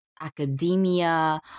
academia